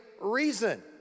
reason